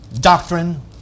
doctrine